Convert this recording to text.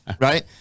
Right